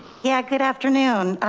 yeah good afternoon,